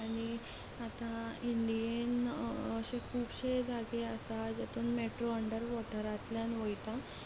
आतां इंडियेन अशे खुबशे जागे आसा जेतूत मेट्रो अंडर वॉटरांतल्यान वयता